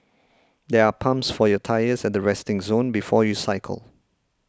there are pumps for your tyres at the resting zone before you cycle